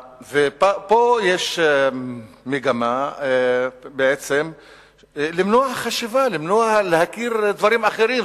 יש פה מגמה למנוע חשיבה, למנוע להכיר דברים אחרים.